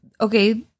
okay